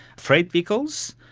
freight vehicles,